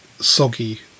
soggy